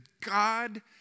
God